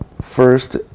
First